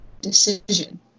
decision